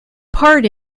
part